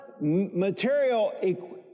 material